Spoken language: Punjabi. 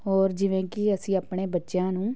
ਹੋਰ ਜਿਵੇਂ ਕਿ ਅਸੀਂ ਆਪਣੇ ਬੱਚਿਆਂ ਨੂੰ